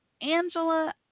Angela